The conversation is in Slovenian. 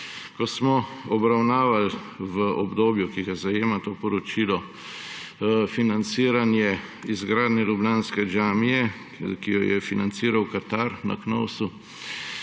Knovsu obravnavali v obdobju, ki ga zajema to poročilo, financiranje izgradnje ljubljanske džamije, ki jo je financiral Katar, in sem